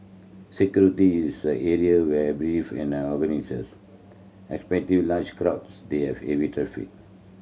security is the area where beefed up and organisers expected large crowds and heavy traffic